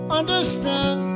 understand